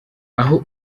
aho